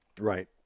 Right